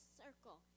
circle